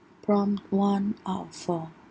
from one out of four